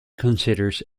considers